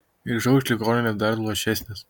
grįžau iš ligoninės dar luošesnis